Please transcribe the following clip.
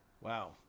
Wow